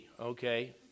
okay